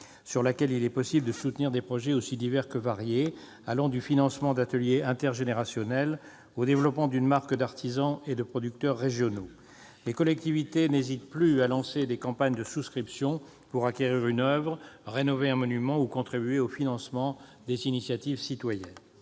sur laquelle il est possible de soutenir des projets variés, du financement d'ateliers intergénérationnels au développement d'une marque d'artisans et de producteurs régionaux. Alors que les collectivités territoriales n'hésitent plus à lancer des campagnes de souscription pour acquérir une oeuvre, rénover un monument ou contribuer au financement des initiatives citoyennes,